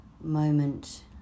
moment